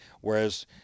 whereas